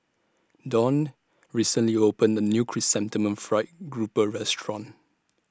Dawne recently opened A New Chrysanthemum Fried Grouper Restaurant